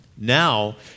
Now